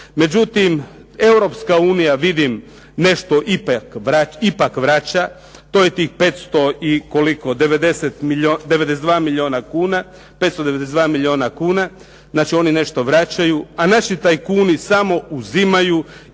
Međutim, Europska unija vidim nešto ipak vraća. To je tih 500 i koliko 92 milijuna kuna, 592 milijuna kuna. Znači oni nešto vraćaju, a naši tajkuni samo uzimaju